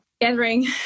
gathering